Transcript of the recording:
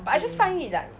but I just find it that